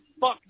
Fuck